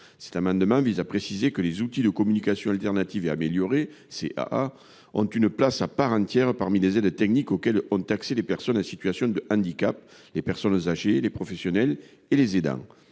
Cet amendement vise à préciser que les outils de communication alternative et améliorée (CAA) ont une place à part entière parmi les aides techniques auxquelles ont accès les personnes en situation de handicap, les personnes âgées, les professionnels et les aidants.